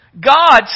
God